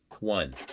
one.